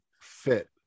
fit